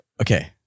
Okay